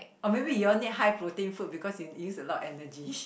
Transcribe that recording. oh maybe you all need high protein food because you use a lot of energy